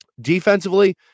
Defensively